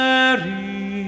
Mary